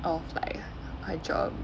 of like her job